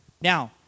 Now